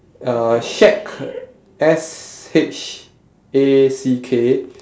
uh shack S H A C K